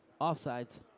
Offsides